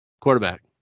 Quarterback